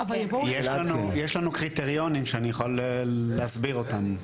יש לנו קריטריונים שאני יכול להסביר אותם.